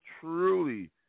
truly